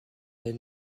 est